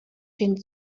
den